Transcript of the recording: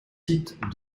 sites